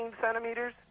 centimeters